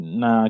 na